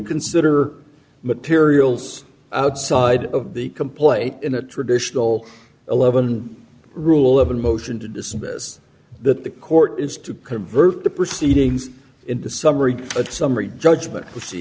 consider materials outside of the complaint in a traditional eleven rule of a motion to dismiss that the court is to convert the proceedings into summary a summary judgment